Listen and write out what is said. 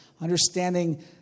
understanding